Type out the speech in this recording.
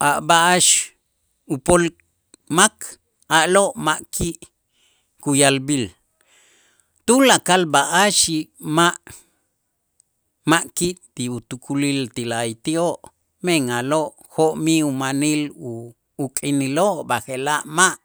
a' b'a'ax upol mak a'lo' ma' ki' kuya'lb'il tulakal b'a'ax ma' ma' ki' ti utukulil ti la'ayti'oo', men a'lo' jo'mij umanil uk'iniloo', b'aje'laj ma'